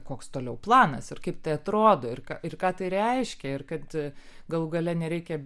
koks toliau planas ir kaip tai atrodo ir ką ir ką tai reiškia ir kad galų gale nereikia